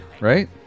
right